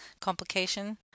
complication